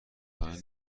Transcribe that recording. واقعا